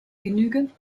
genügend